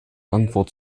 antwort